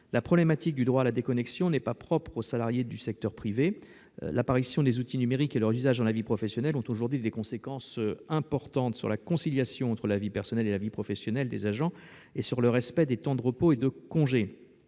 la problématique du droit à la déconnexion n'est pas propre aux salariés du secteur privé ; l'apparition des outils numériques et leur usage dans la vie professionnelle ont aujourd'hui des conséquences importantes sur la conciliation entre la vie personnelle et la vie professionnelle des agents ainsi que sur le respect des temps de repos et de congé.